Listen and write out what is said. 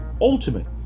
ultimate